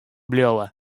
bliuwe